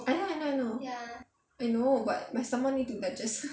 I know I know I know I know but my stomach need to digest